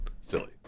silly